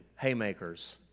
haymakers